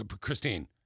Christine